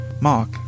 Mark